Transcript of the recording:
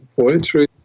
poetry